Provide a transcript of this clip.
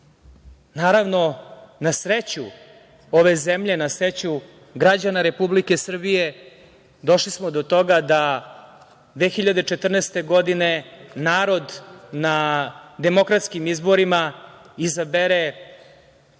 njima. Naravno, na sreću ove zemlje, na sreću građana Republike Srbije, došli smo do toga da 2014. godine narod na demokratskim izborima izabere